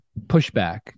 pushback